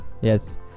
Yes